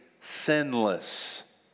sinless